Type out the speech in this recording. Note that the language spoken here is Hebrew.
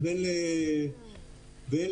לבין